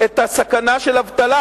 את הסכנה של אבטלה,